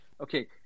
Okay